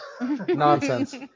Nonsense